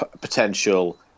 potential